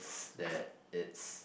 that it's